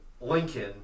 Lincoln